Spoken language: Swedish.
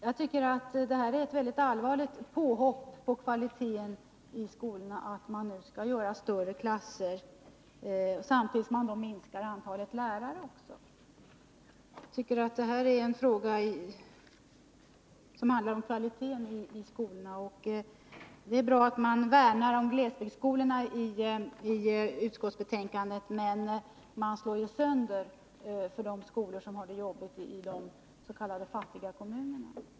Jag tycker att det är ett mycket allvarligt påhopp på kvaliteten i skolorna att man nu skall göra klasserna större, samtidigt som man minskar antalet lärare. Detta är en fråga som handlar om kvaliteten i skolorna. Det är bra att man värnar om glesbygdsskolorna i utskottsbetänkandet, men man slår ju sönder klasserna i de skolor som har det jobbigt — skolorna i de s.k. fattiga Nr 46 kommunerna.